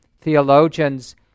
theologians